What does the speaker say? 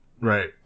Right